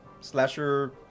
slasher